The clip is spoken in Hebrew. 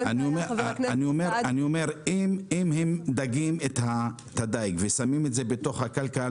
אני אומר שאם הם דגים את הדיג ושמים אותו בקלקר